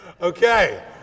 Okay